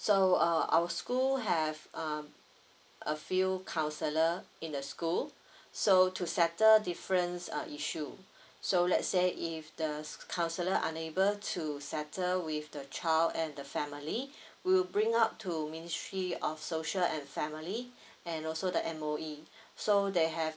so uh our school have um a few counsellor in the school so to settle difference uh issue so let's say if the counsellor unable to settle with the child and the family we'll bring up to ministry of social and family and also the M_O_E so they have